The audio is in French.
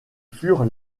furent